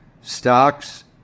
Stocks